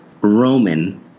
Roman